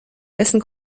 dessen